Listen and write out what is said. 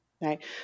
right